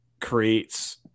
creates